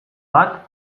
bat